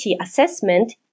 assessment